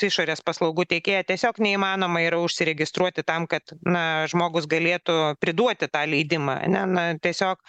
išorės paslaugų teikėją tiesiog neįmanoma yra užsiregistruoti tam kad na žmogus galėtų priduoti tą leidimą ane na tiesiog